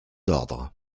ordres